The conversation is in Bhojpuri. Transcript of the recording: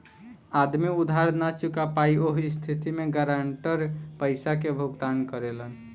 आदमी उधार ना चूका पायी ओह स्थिति में गारंटर पइसा के भुगतान करेलन